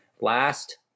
Last